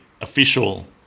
official